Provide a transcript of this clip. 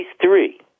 three